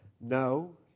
no